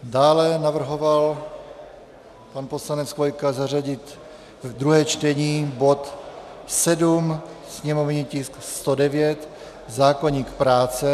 Dále navrhoval pan poslanec Chvojka zařadit druhé čtení, bod 7, sněmovní tisk 109, zákoník práce.